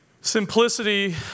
Simplicity